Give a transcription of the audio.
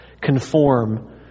conform